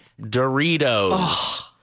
doritos